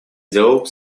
диалог